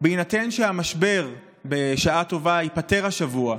בהינתן שהמשבר ייפתר השבוע,